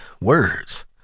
words